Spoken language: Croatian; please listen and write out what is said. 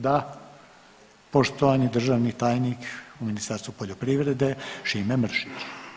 Da, poštovani državni tajnik u Ministarstvu poljoprivrede Šime Mršić.